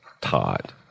Todd